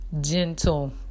Gentle